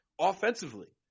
offensively